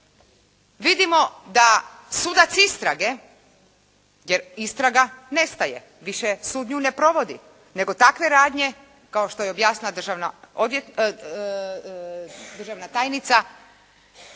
vidimo da sudac istrage jer istraga nestaje, više sud nju ne provodi, nego takve radnje kao što je objasnila državna tajnica